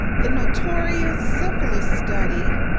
the notorious syphilis study,